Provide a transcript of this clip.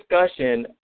discussion